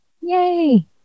Yay